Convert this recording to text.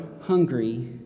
hungry